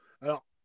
Alors